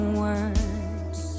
words